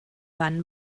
wann